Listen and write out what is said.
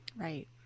Right